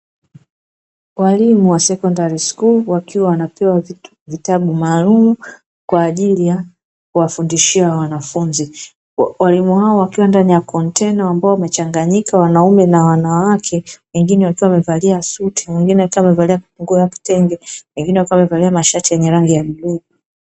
Walimu wa shule ya sekondari wakiwa wanapewa vitabu maalumu kwa ajili ya kuwafundishia wanafunzi, walimu hao wakiwa ndani ya kontena ambao wamechanganyika wanaume na wanawake, wangine wakiwa wamevalia suti, mwingine akiwa amevalia kitenge wengine wakiwa wamevalia mashati ya bluu.